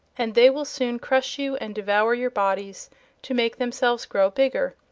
and they will soon crush you and devour your bodies to make themselves grow bigger.